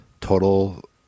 total